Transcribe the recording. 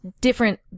different